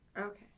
Okay